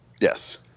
Yes